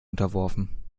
unterworfen